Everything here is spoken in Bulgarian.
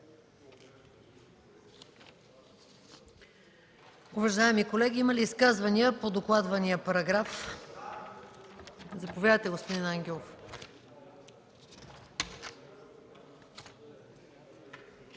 Уважаеми колеги, има ли изказвания по докладвания параграф? Заповядайте, господин Ангелов.